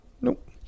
Nope